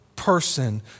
person